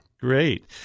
Great